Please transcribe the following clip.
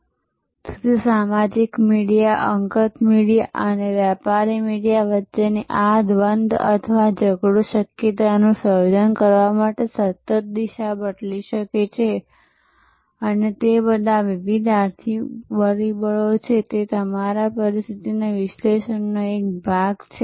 તેથી સામાજિક મીડિયા અંગત મીડિયા અને વ્યાપારી મીડિયા વચ્ચેની આ દ્વંદ્વ અથવા ઝઘડો શક્યતાઓનું સર્જન કરવા માટે સતત દિશા બદલી શકે છે અને તે બધા વિવિધ આર્થિક પરિબળો છે તે તમારા પરિસ્થિતિ વિશ્લેષણનો એક ભાગ છે